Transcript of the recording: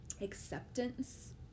acceptance